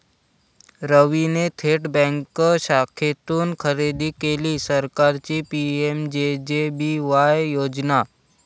रवीने थेट बँक शाखेतून खरेदी केली सरकारची पी.एम.जे.जे.बी.वाय योजना